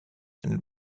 and